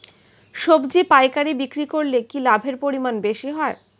সবজি পাইকারি বিক্রি করলে কি লাভের পরিমাণ বেশি হয়?